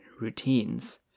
routines